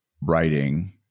writing